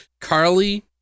Carly